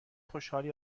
خوشحالی